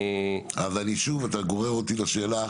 אבל שוב אתה גורר אותי לשאלה,